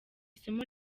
isomo